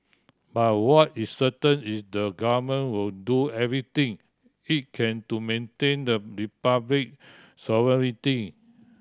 but what is certain is the government will do everything it can to maintain the Republic sovereignty